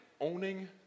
owning